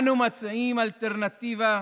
אנו מציעים אלטרנטיבה,